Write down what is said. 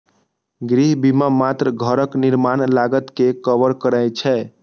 गृह बीमा मात्र घरक निर्माण लागत कें कवर करै छै